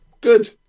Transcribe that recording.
Good